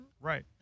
Right